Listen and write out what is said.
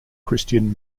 christian